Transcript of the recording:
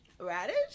Radish